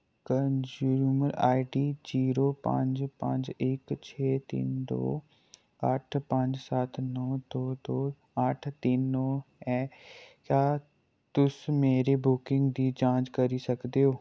consumer ID zero पंज पंज इक छे तिन्न दो अट्ठ पंज सत्त नौ दो दो अट्ठ तिन्न नौ ऐ क्या तुस मेरी बुकिंग दी जांच करी सकदे ओ